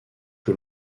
que